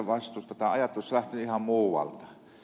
tämä ajatus lähti ihan muualta